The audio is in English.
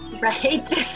Right